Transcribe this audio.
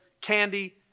candy